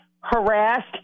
harassed